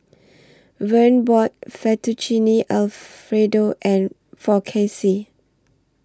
Verne bought Fettuccine Alfredo and For Casey